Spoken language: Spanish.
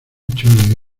chole